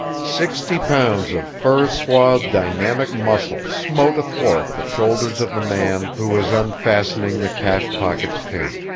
sixty pounds of fur-swathed dynamic muscle smote athwart the shoulders of the man who was unfastening the cash pocket's pin.